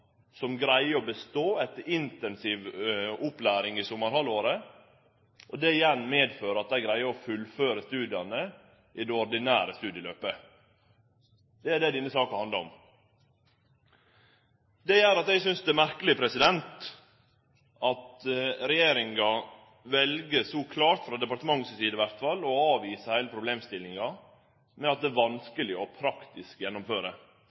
som greier å bestå etter intensiv opplæring i sommarhalvåret. Det igjen medfører at dei greier å fullføre studia i det ordinære studieløpet. Det er det denne saka handlar om. Det gjer at eg synest det er merkeleg at regjeringa så klart vel – frå departementet si side i alle fall – å avvise heile problemstillinga med at det er praktisk vanskeleg å gjennomføre.